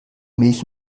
milch